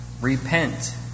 Repent